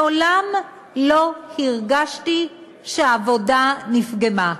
מעולם לא הרגשתי שהעבודה נפגמה.